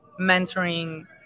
mentoring